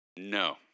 No